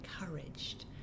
encouraged